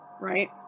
right